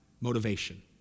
motivation